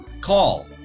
Call